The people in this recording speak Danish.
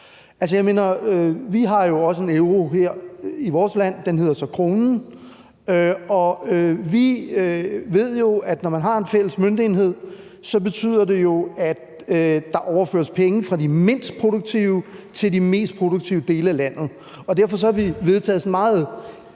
Vi har jo også en euro her i vores land, den hedder så kronen, og vi ved, at når man har en fælles møntenhed, betyder det, at der overføres penge fra de mindst produktive til de mest produktive dele af landet. Derfor har vi vedtaget sådan et